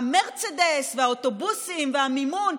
המרצדס והאוטובוסים והמימון.